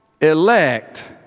elect